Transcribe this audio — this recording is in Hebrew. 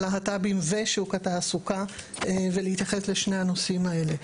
להט"בים ושוק התעסוקה ולהתייחס לשני הנושאים האלה.